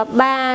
ba